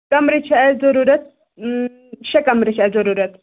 کَمرٕ چھِ اَسہِ ضٔروٗرَت شےٚ کَمرٕ چھِ اَسہِ ضٔروٗرَت